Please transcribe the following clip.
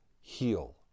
heal